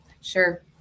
Sure